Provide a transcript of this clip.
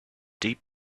deep